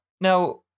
Now